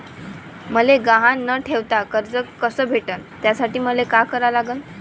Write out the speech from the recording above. मले गहान न ठेवता कर्ज कस भेटन त्यासाठी मले का करा लागन?